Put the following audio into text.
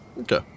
Okay